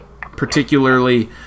particularly